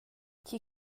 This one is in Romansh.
tgi